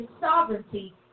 sovereignty